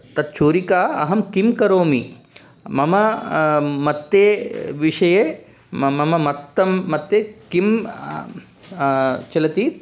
तत् छुरिकाम् अहं किं करोमि मम मतौ विषये म मम मतौ मतौ किं चलति